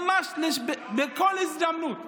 ממש בכל הזדמנות.